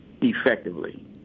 effectively